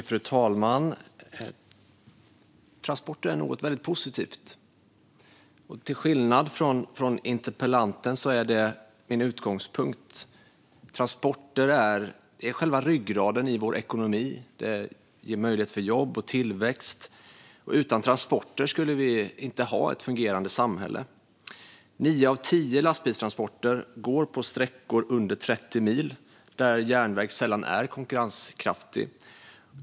Fru talman! Transporter är något mycket positivt. Till skillnad från interpellanten har jag den utgångspunkten. Transporter är själva ryggraden i vår ekonomi. De ger möjligheter för jobb och tillväxt, och utan dem skulle vi inte ett fungerande samhälle. Nio av tio lastbilstransporter går på sträckor som kortare än 30 mil, och där är järnväg sällan konkurrenskraftig.